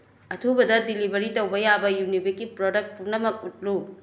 ꯑꯊꯨꯕꯗ ꯗꯤꯂꯤꯚꯔꯤ ꯇꯧꯕ ꯌꯥꯕ ꯌꯨꯅꯤꯕꯤꯛꯀꯤ ꯄ꯭ꯔꯗꯛ ꯄꯨꯝꯅꯃꯛ ꯎꯠꯂꯨ